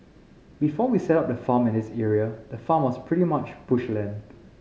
before we set up the farm in this area the farm was pretty much bush land